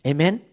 Amen